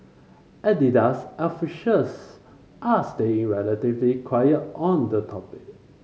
Adidas officials are staying relatively quiet on the topic